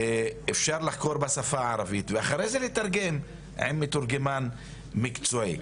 אפשר לחקור בשפה הערבית ואחרי זה לתרגם עם מתורגמן מקצועי.